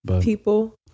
People